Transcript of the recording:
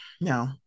no